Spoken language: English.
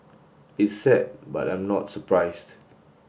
it's sad but I'm not surprised